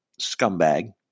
Scumbag